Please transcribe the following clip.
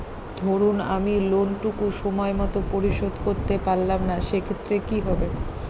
ধরুন আমি লোন টুকু সময় মত পরিশোধ করতে পারলাম না সেক্ষেত্রে কি হবে?